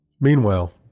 Meanwhile